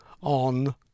on